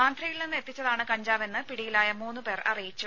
ആന്ധ്രയിൽ നിന്ന് എത്തിച്ചതാണ് കഞ്ചാവെന്ന് പിടിയിലായ മൂന്നുപേർ അറിയിച്ചു